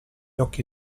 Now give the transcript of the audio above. occhi